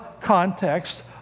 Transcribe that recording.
context